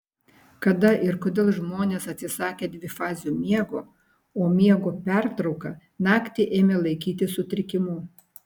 kada ir kodėl žmonės atsisakė dvifazio miego o miego pertrauką naktį ėmė laikyti sutrikimu